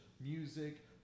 music